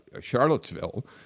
Charlottesville